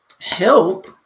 help